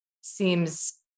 seems